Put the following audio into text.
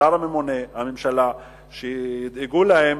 שהשר הממונה והממשלה ידאגו להם.